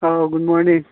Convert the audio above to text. ꯑꯥꯎ good morning